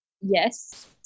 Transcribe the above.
yes